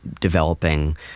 developing